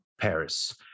Paris